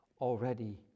already